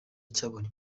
cyabonye